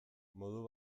modu